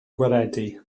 gwaredu